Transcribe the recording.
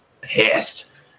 pissed